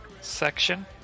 section